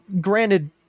granted